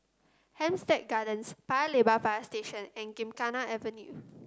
Hampstead Gardens Paya Lebar Fire Station and Gymkhana Avenue